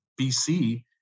BC